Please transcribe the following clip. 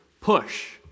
push